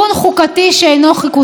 קראת מאמר של אקדמאי,